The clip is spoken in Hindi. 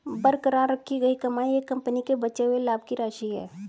बरकरार रखी गई कमाई एक कंपनी के बचे हुए लाभ की राशि है